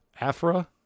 Afra